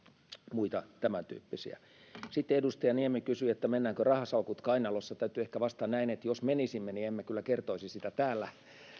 muita tämäntyyppisiä sitten edustaja niemi kysyi menemmekö rahasalkut kainalossa täytyy ehkä vastata näin että jos menisimme niin emme kyllä kertoisi sitä täällä